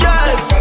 Yes